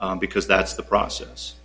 because that's the process